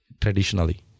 traditionally